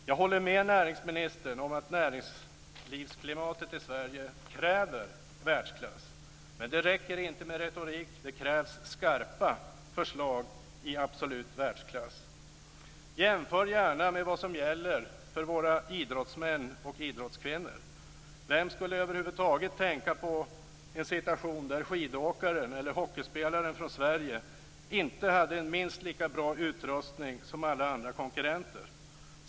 Jag håller med näringsministern om att näringslivsklimatet i Sverige kräver världsklass. Men det räcker inte med retorik, utan det krävs också skarpa förslag i absolut världsklass. Jämför gärna med vad som gäller för våra idrottsmän och idrottskvinnor! Vem skulle över huvud taget tänka sig en situation där skidåkaren eller hockeyspelaren från Sverige inte hade en minst lika bra utrustning som alla konkurrenterna?